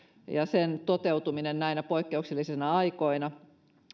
ja sen toteutuminen näinä poikkeuksellisina aikoina